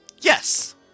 Yes